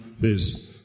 base